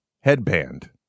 headband